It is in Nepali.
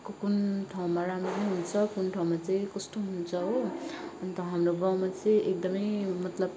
कु कुन ठाउँमा राम्रो पनि हुन्छ कुन ठाउँमा चाहिँ कस्तो हुन्छ हो अन्त हाम्रो गाउँमा चाहिँ एकदमै मतलब